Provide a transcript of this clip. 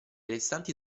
restanti